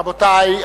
רבותי,